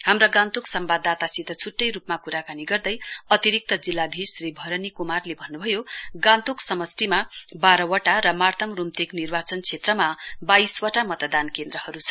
हाम्रो गान्तोक सम्बाददातासित छुट्टै रूपमा कुराकानी गर्दै अतिरिक्त जिल्लाधीश श्री भरनी क्मारले भन्न्भयो गान्तोक समष्टिमा बाह्रवटा र मार्ताम रूम्तेक निर्वाचन क्षेत्रमा बाइसवटा मतदान केन्द्रहरू छन्